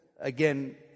again